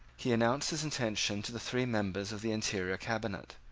he announced his intention to the three members of the interior cabinet,